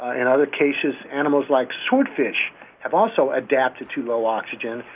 in other cases, animals like swordfish have also adapted to low oxygen.